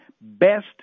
best